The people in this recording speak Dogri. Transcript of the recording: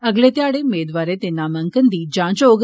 अगले ध्याड़े मेदवार्रे दे नामांकन दी जांच होग